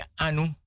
anu